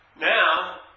Now